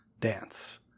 Dance